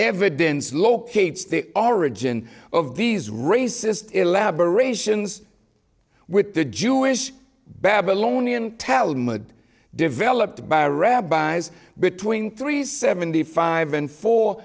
evidence locates the origin of these racist elaborations with the jewish babylonian talmud developed by rabbis between three seventy five and four